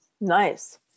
nice